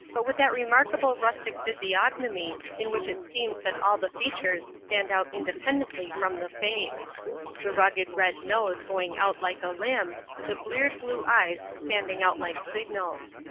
but with that remarkable rustic physiognomy in which it seems that all the features stand out independently from the face the rugged red nose going out like a limb the bleared blue eyes standing out like signals.